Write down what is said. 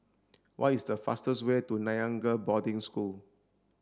what is the fastest way to Nanyang Girls' Boarding School